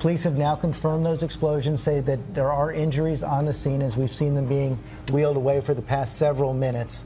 place and now confirm those explosions say that there are injuries on the scene as we've seen them being wheeled away for the past several minutes